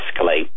escalate